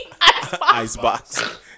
Icebox